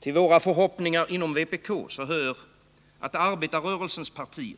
Till våra förhoppningar inom vpk hör att arbetarrörelsens partier